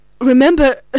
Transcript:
remember